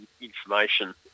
information